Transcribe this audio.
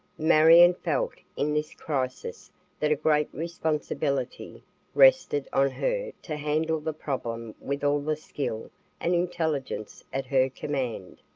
marion felt in this crisis that a great responsibility rested on her to handle the problem with all the skill and intelligence at her command.